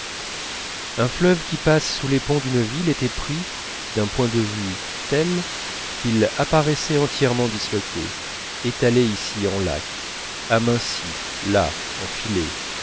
un fleuve qui passe sous les ponts d'une ville était pris d'un point de vue tel qu'il apparaissait entièrement disloqué étalé ici en lac aminci là